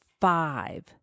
five